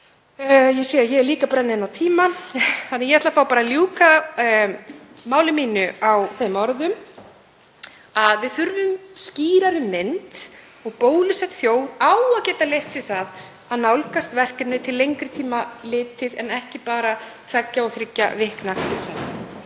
Ég sé að ég er líka að brenna inni á tíma þannig að ég ætla að fá að ljúka máli mínu á þeim orðum að við þurfum skýrari mynd. Bólusett þjóð á að geta leyft sér það að nálgast verkefnið til lengri tíma litið en ekki bara til tveggja og þriggja vikna.